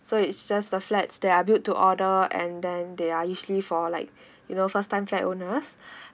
so it's just the flats that are built to order and then they are usually for like you know first time flat owners